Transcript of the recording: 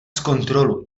zkontroluj